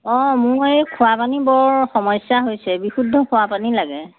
অঁ মোৰ এই খোৱা পানী বৰ সমস্যা হৈছে বিশুদ্ধ খোৱা পানী লাগে